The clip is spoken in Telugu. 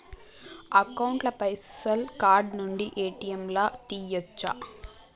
అకౌంట్ ల పైసల్ కార్డ్ నుండి ఏ.టి.ఎమ్ లా తియ్యచ్చా?